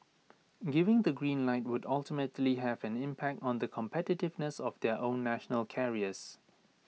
giving the green light would ultimately have an impact on the competitiveness of their own national carriers